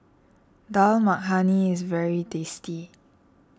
Dal Makhani is very tasty